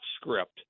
script